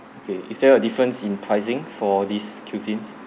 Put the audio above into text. okay is there a difference in pricing for these cuisines